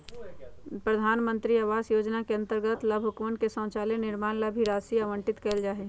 प्रधान मंत्री आवास योजना के अंतर्गत लाभुकवन के शौचालय निर्माण ला भी राशि आवंटित कइल जाहई